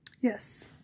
yes